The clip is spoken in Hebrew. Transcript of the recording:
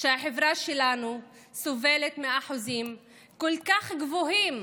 שהחברה שלנו סובלת מאחוזים כל כך גבוהים